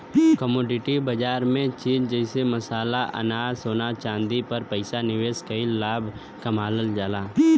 commodity बाजार में चीज जइसे मसाला अनाज सोना चांदी पर पैसा निवेश कइके लाभ कमावल जाला